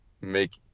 make